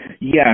Yes